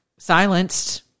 silenced